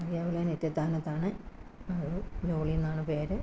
അറിയാമല്ലോ ഞാൻ ഇത്തിത്താനത്താണ് അത് ജോളി എന്നാണ് പേര്